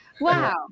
Wow